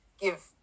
give